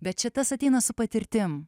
bet čia tas ateina su patirtim